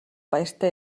баяртай